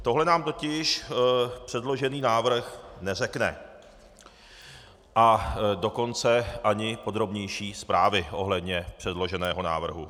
Tohle nám totiž předložený návrh neřekne, a dokonce ani podrobnější zprávy ohledně předloženého návrhu.